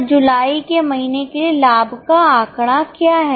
तो जुलाई के महीने के लिए लाभ का आंकड़ा क्या है